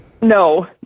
No